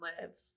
live